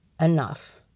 enough